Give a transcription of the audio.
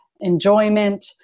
enjoyment